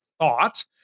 thought